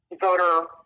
voter